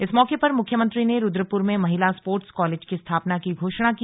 इस मौके पर मुख्यमंत्री ने रूद्रपुर में महिला स्पोर्ट्स कॉलेज की स्थापना की घोषणा की